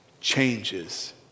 changes